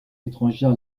étrangère